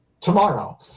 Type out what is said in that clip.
tomorrow